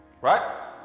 right